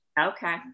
Okay